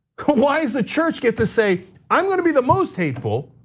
why does the church get to say, i'm gonna be the most hateful?